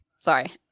sorry